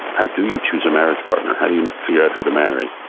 how do you choose your marriage partner? how do you figure out who to marry?